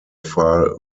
far